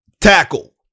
tackle